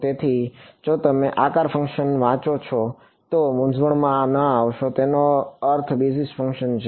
તેથી જો તમે આકાર ફંક્શન વાંચો છો તો મૂંઝવણમાં ન આવશો તેનો અર્થ બેઝિસ ફંક્શન છે